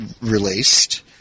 released